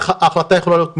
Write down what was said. ההחלטה יכולה להיות מלאה,